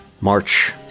March